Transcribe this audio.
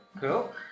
Cool